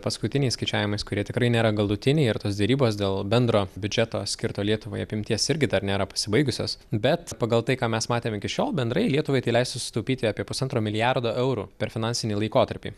paskutiniais skaičiavimais kurie tikrai nėra galutiniai ir tos derybos dėl bendro biudžeto skirto lietuvai apimties irgi dar nėra pasibaigusios bet pagal tai ką mes matėm iki šiol bendrai lietuvai tai leistų susitaupyti apie pusantro milijardo eurų per finansinį laikotarpį